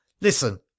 listen